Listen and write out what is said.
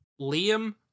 liam